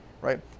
right